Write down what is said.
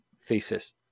thesis